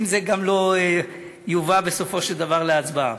אם זה גם לא יובא בסופו של דבר להצבעה.